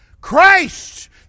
Christ